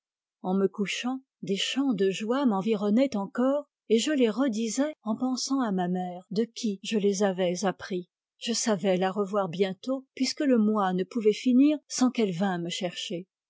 en me couchant des chants de joie m'environnaient encore et je les redisais en pensant à ma mère de qui je les avais appris je savais la revoir bientôt puisque le mois ne pouvait finir sans qu'elle vînt me chercher